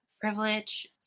privilege